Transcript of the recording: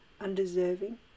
undeserving